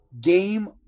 game